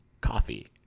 coffee